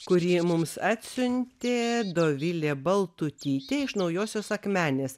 kurį mums atsiuntė dovilė baltutytė iš naujosios akmenės